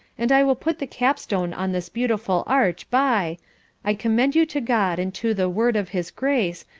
and i will put the cap-stone on this beautiful arch by i commend you to god and to the word of his grace,